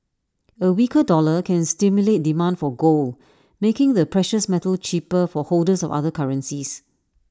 A weaker dollar can stimulate demand for gold making the precious metal cheaper for holders of other currencies